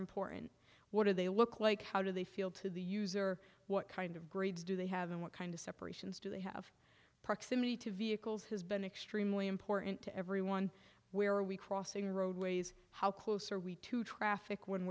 important what do they look like how do they feel to the user what kind of grades do they have and what kind of separations do they have proximity to vehicles has been extremely important to everyone where are we crossing roadways how close are we to traffic when